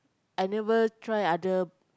I never try other